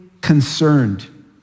concerned